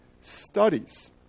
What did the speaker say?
Studies